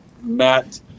Matt